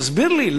תסביר לי,